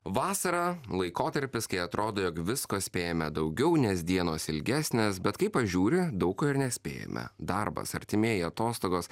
vasarą laikotarpis kai atrodo jog visko spėjame daugiau nes dienos ilgesnės bet kai pažiūri daug ko ir nespėjome darbas artimieji atostogos